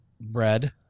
Bread